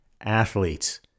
athletes